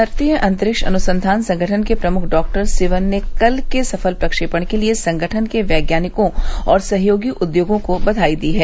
भारतीय अंतरिक्ष अनुसंधान संगठन के प्रमुख डॉक्टर सिवन ने कल के सफल फ्रक्षेपण के लिए संगठन के वैज्ञानिकों और सहयोगी उधोगों को बधाई दी है